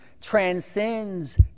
transcends